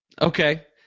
Okay